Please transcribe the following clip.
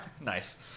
Nice